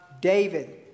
David